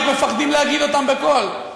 רק מפחדים להגיד אותם בקול.